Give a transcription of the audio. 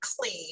clean